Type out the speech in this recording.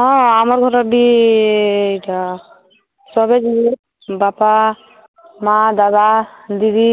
ହଁ ଆମର୍ ଘରର୍ ବି ଇ'ଟା ସଭେ ଯିବେ ବାପା ମାଆ ଦାବା ଦିଦି